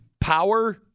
power